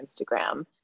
Instagram